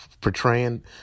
portraying